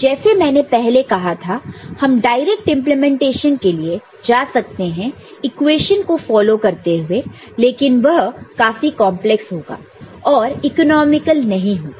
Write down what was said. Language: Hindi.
तो जैसे मैंने पहले कहा था हम डायरेक्ट इंप्लीमेंटेशन के लिए जा सकते हैं इक्वेशन को फॉलो करते हुए लेकिन वह काफी कॉन्प्लेक्स होगा और इकनोमिकल नहीं होगा